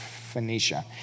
Phoenicia